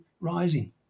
rising